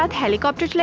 um helicopter. like